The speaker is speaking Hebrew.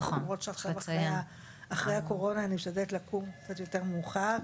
למרות שעכשיו אחרי הקורונה אני משתדלת לקום קצת יותר מאוחר.